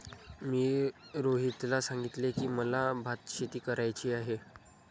मी रोहितला सांगितले की, मला भातशेती करायची आहे